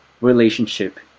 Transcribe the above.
relationship